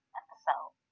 episode